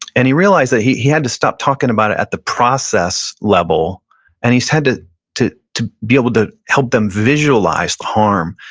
and he realized that he he had to stop talking about it at the process level and he's had to to be able to help them visualize the harm.